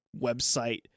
website